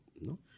no